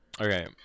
Okay